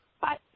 Bye